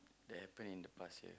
that happen in the past year